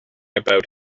about